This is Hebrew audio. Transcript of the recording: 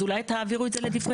אז אולי תעבירו את זה לדיפרנציאלי.